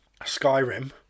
Skyrim